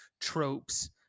tropes